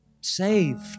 saved